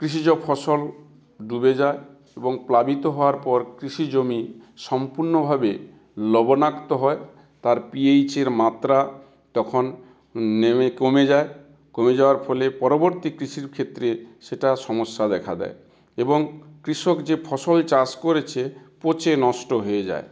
কৃষিজ ফসল ডুবে যায় এবং প্লাবিত হওয়ার পর কৃষি জমি সম্পূর্ণভাবে লবণাক্ত হয় তার পিএইচের মাত্রা তখন নেমে কমে যায় কমে যাওয়ার ফলে পরবর্তী কৃষির ক্ষেত্রে সেটা সমস্যা দেখা দেয় এবং কৃষক যে ফসল চাষ করেছে পচে নষ্ট হয়ে যায়